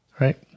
Right